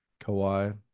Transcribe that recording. Kawhi